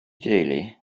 deulu